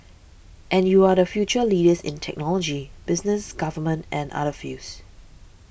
and you are the future leaders in technology business government and other fields